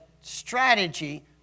strategy